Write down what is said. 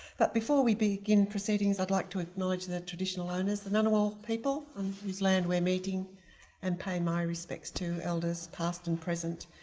that before we begin proceedings i'd like to acknowledge the traditional owners, the ngunnawal people um who's land we're meeting and pay my respects to the elders, past and present,